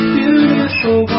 beautiful